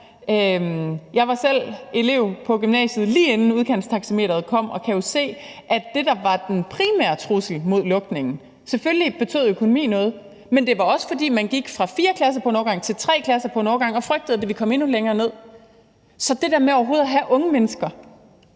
Jeg var selv elev på gymnasiet, lige inden udkantstaxameteret kom, og kan jo se, at det, der var den primære trussel i forhold til lukningen – selvfølgelig betød økonomi også noget – var, at man gik fra fire klasser på en årgang til tre klasser på en årgang, og man frygtede, at det ville komme endnu længere ned. Så det der med overhovedet at have unge mennesker